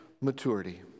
maturity